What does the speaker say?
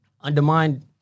undermine